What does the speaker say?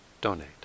donate